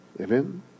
Amen